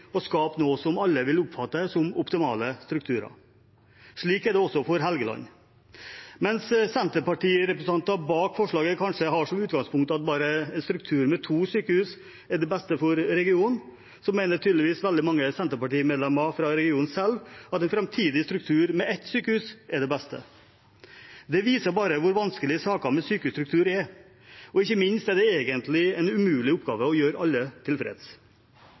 å skape noe som alle vil oppfatte som optimale strukturer. Slik er det også for Helgeland. Mens Senterparti-representantene bak forslaget kanskje har som utgangspunkt at bare en struktur med to sykehus er det beste for regionen, mener tydeligvis veldig mange Senterparti-medlemmer fra regionen selv at en framtidig struktur med ett sykehus er det beste. Det viser bare hvor vanskelig saker med sykehusstruktur er, og ikke minst at det egentlig er en umulig oppgave å gjøre alle tilfreds.